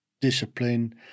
discipline